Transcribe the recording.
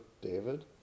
David